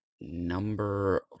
number